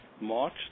March